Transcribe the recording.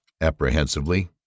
apprehensively